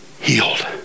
healed